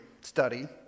study